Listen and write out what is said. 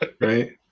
right